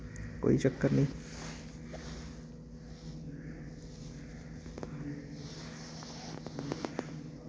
कोई चक्कर निं